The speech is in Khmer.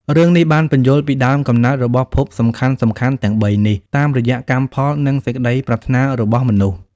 រឿងនេះបានពន្យល់ពីដើមកំណើតរបស់ភពសំខាន់ៗទាំងបីនេះ តាមរយៈកម្មផល និងសេចក្តីប្រាថ្នារបស់មនុស្ស។